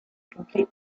complete